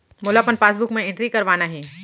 मोला अपन पासबुक म एंट्री करवाना हे?